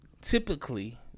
typically